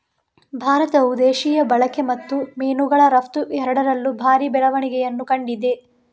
ಭಾರತವು ದೇಶೀಯ ಬಳಕೆ ಮತ್ತು ಮೀನುಗಳ ರಫ್ತು ಎರಡರಲ್ಲೂ ಭಾರಿ ಬೆಳವಣಿಗೆಯನ್ನು ಕಂಡಿದೆ